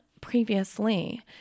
previously